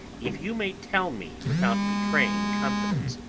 if you may tell me without betraying confidence,